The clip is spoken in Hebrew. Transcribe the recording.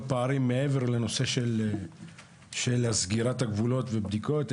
פערים מעבר לנושא של סגירת הגבולות ובדיקות,